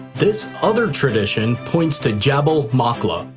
this other tradition points to jabal maqla,